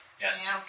Yes